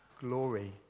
glory